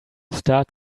start